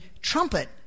trumpet